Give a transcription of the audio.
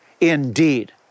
indeed